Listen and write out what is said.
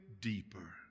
deeper